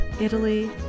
Italy